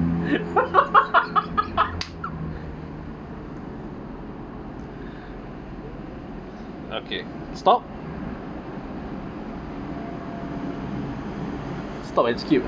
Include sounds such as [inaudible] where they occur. [laughs] okay stop stop and skip